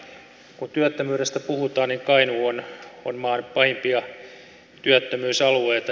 kun työttömyydestä puhutaan niin kainuu on maan pahimpia työttömyysalueita